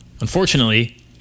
Unfortunately